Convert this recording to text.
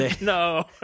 No